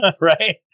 Right